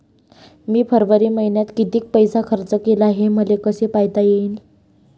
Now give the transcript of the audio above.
मी फरवरी मईन्यात कितीक पैसा खर्च केला, हे मले कसे पायता येईल?